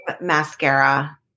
mascara